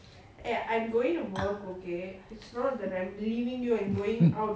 mm